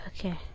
Okay